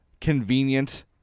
convenient